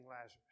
Lazarus